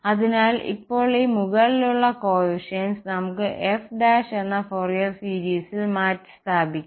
അതിനാൽ ഇപ്പോൾ ഈ മുകളിലുള്ള കോഎഫീസിന്റ്സ് നമുക്ക് f എന്ന ഫോറിയർ സീരീസ്ൽ മാറ്റിസ്ഥാപിക്കും